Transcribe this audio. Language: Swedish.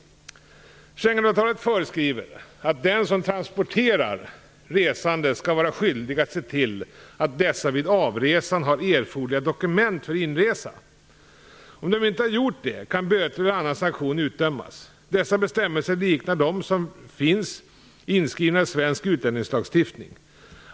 Schengenavtalet föreskriver att den som transporterar resande skall vara skyldig att se till att dessa vid avresan har erforderliga dokument för inresa. Om de inte har gjort det kan böter eller annan sanktion utdömas. Dessa bestämmelser liknar dem som finns inskrivna i svensk utlänningslagstiftning.